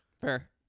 fair